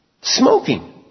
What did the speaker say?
smoking